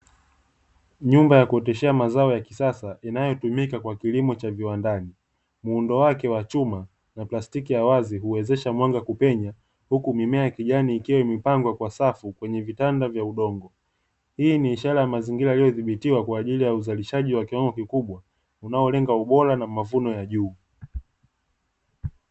Nyumba ya kuoteshea mazao ya kisasa inayotumika kwa kilimo cha viwandani, muundo wake wa chuma na plastiki ya wazi huwezesha mwanga kupenya huku mimea ya kijani ikiwa imepangwa kwa safu kwenye vitanda vya udongo, hii ni ishara ya mazingira yaliyodhibitiwa kwa ajili ya uzalishaji wa kiwango kikubwa unaolenga ubora na mafunzo ya juu.